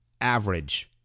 average